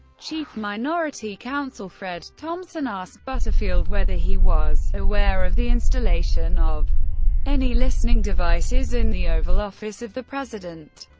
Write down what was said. chief minority counsel fred thompson asked butterfield whether he was aware of the installation of any listening devices in the oval office of the president.